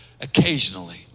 occasionally